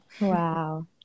Wow